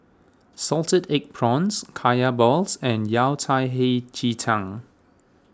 Salted Egg Prawns Kaya Balls and Yao Cai Hei Ji Tang